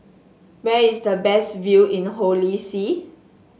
where is the best view in Holy See